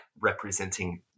representing